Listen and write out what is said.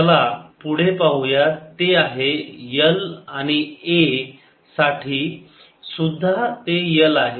चला पुढे पाहुयात ते आहे L आणि a साठी सुद्धा ते L आहे